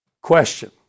Question